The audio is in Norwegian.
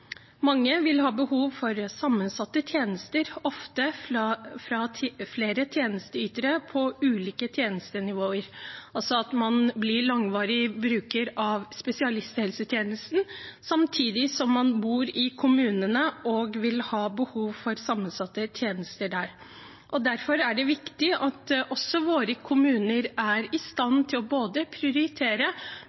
Mange vil ha behov for sammensatte tjenester, ofte fra flere tjenesteytere på ulike tjenestenivåer, altså at man blir langvarig bruker av spesialisthelsetjenesten samtidig som man vil ha behov for sammensatte tjenester i kommunen man bor i. Derfor er det viktig at våre kommuner er i stand til både å prioritere